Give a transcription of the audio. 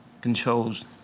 controls